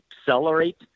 accelerate